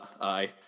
Aye